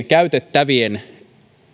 käytettävien